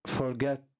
forget